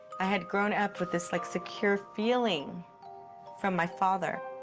i had grown up with this, like, secure feeling from my father.